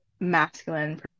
masculine